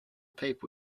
paper